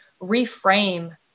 reframe